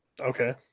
Okay